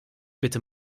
bitte